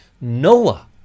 Noah